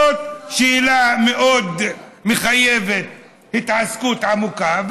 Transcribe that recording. זאת שאלה שמחייבת מאוד התעסקות עמוקה,